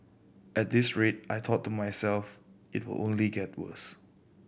at this rate I thought to myself it will only get worse